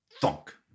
thunk